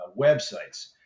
websites